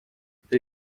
estoy